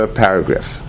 paragraph